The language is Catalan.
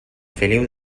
feliu